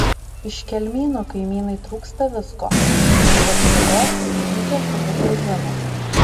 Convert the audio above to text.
iš kelmynų kaimynui trūksta visko ypač jėgos ir dydžio sulig gruzinu